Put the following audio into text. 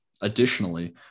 Additionally